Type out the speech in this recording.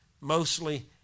mostly